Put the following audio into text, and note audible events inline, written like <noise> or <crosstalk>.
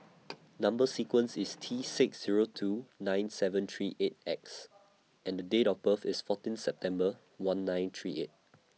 <noise> Number sequence IS T six Zero two nine seven three eight X and Date of birth IS fourteen September one nine three eight